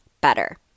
better